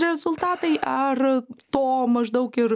rezultatai ar to maždaug ir